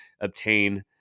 obtain